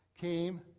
came